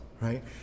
right